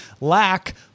lack